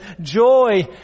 joy